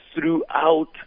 throughout